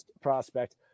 prospect